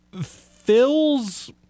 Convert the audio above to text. Phil's